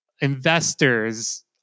Investors